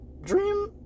dream